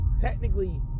technically